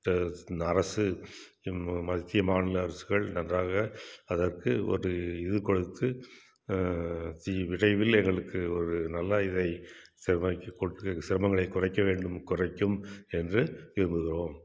இப்போ இந்த அரசு இம் ம மத்திய மாநில அரசுகள் நன்றாக அதற்கு ஒரு இது கொடுத்து சி விரைவில் எங்களுக்கு ஒரு நல்ல இதை சிரமங்களை குறைக்க வேண்டும் குறைக்கும் என்று விரும்புகிறோம்